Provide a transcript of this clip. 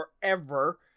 forever